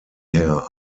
her